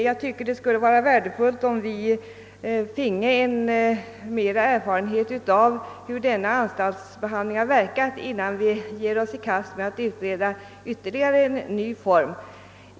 Jag tycker att det skulle vara värdefullt om vi finge mera erfarenhet av hur denna anstaltsbehandling har verkat, innan vi ger oss i kast med att utreda ytterligare en ny form.